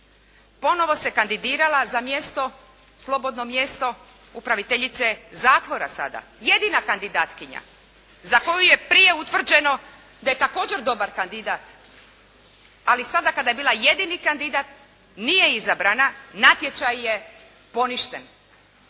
Ponovo se kandidirala za mjesto, slobodno mjesto upraviteljice zatvora sada, jedina kandidatkinja za koju je prije utvrđeno da je također dobar kandidat, ali sada kada je bila jedini kandidat, nije izabrana, natječaj je poništen.